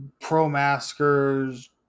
pro-maskers